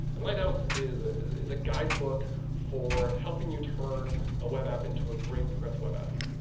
and lighthouse is is a guidebook for helping you turn a web app into a great progressive web app.